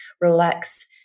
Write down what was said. relax